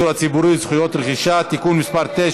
הציבורי (זכויות רכישה) (תיקון מס' 9),